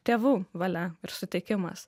tėvų valia ir sutikimas